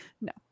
no